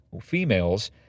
females